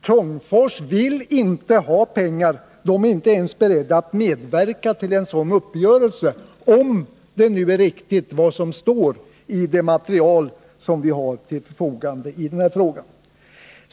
Trångfors vill inte ha pengar, och bolaget är inte ens berett att medverka till en sådan uppgörelse, om nu det som står i det material vi har till förfogande i den här frågan är riktigt.